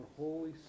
Holy